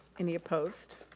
any opposed?